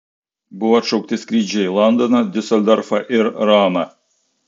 buvo atšaukti skrydžiai į londoną diuseldorfą ir romą